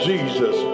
Jesus